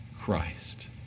Christ